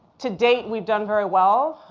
to date, we've done very well.